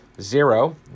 Zero